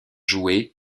jouées